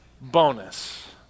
bonus